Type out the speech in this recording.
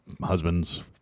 husbands